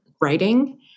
writing